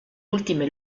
ultime